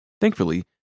Thankfully